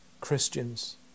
Christians